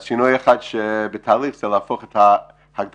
שינוי אחד שבתהליך זה להפוך את ההגדרה